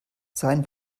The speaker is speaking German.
sein